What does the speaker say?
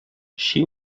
she